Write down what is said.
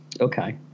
Okay